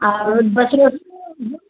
हा रोज़ बस में